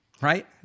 right